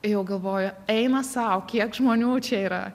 jau galvoju eina sau kiek žmonių čia yra